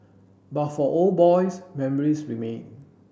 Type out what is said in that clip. but for old boys memories remain